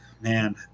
Man